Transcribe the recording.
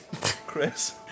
chris